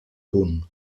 punt